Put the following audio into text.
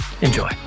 Enjoy